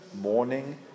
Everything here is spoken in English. morning